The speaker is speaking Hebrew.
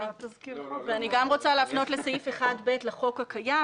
אני גם רוצה להפנות לסעיף 1(ב) לחוק הקיים,